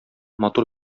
матур